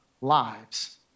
lives